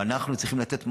ואנחנו צריכים לתת מענה.